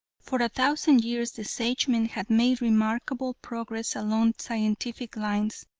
for a thousand years the sagemen had made remarkable progress along scientific lines.